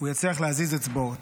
הוא יצליח להזיז אצבעות,